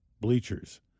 bleachers